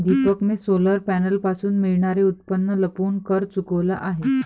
दीपकने सोलर पॅनलपासून मिळणारे उत्पन्न लपवून कर चुकवला आहे